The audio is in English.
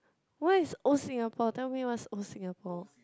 what is old Singapore tell me what is old Singapore